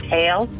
Tail